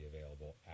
available